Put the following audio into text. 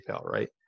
right